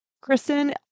Kristen